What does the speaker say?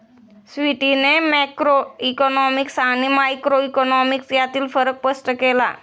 स्वीटीने मॅक्रोइकॉनॉमिक्स आणि मायक्रोइकॉनॉमिक्स यांतील फरक स्पष्ट केला